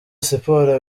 siporo